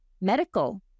medical